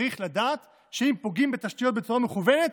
צריך לדעת שאם פוגעים בתשתיות בצורה מכוונת,